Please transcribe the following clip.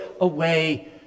away